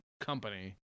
company